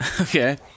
Okay